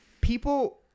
people